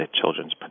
children's